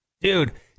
Dude